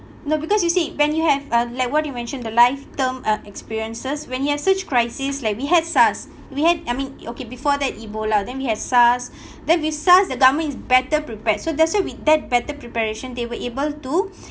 no because you see when you have uh like what you mentioned the life term uh experiences when we have huge crisis like we had SARS I mean okay before that ebola then we had SARS then with SARS the government is better prepared so that's why with that better preparation they were able to